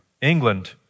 England